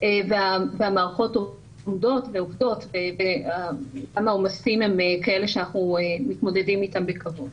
והמערכות עובדות והעומסים הם כאלה שאנחנו מתמודדים אתם בכבוד.